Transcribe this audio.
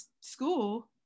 school